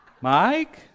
Mike